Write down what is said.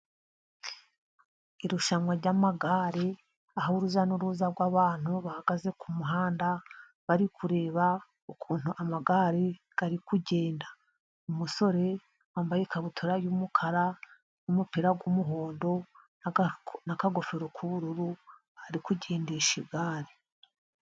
Irushanwa ry'amagare, aho urujya n'uruza rw'abantu bahagaze ku muhanda, bari kureba ukuntu amagare ari kugenda. Umusore wambaye ikabutura y'umukara, n'umupira w'umuhondo, n'akagofero k'ubururu, ari kugendesha igare.